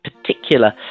particular